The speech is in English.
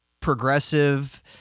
progressive